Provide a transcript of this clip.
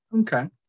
Okay